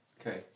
Okay